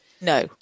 No